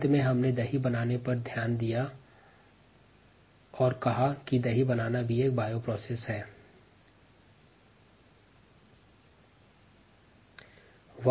अंततः दही निर्माण पर विस्तृत चर्चा की गई और इस बात की समीक्षा की गई कि दही निर्माण वास्तव में एक बायोप्रोसेस है